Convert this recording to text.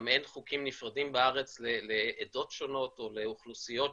גם אין חוקים נפרדים בארץ לעדות שונות או לאוכלוסיות שונות.